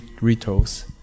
rituals